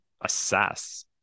assess